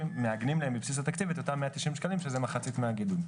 מעגנים להם בבסיס התקציב את אותם 190 שקלים שזה מחצית מהגידול.